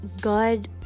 God